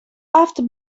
after